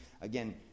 Again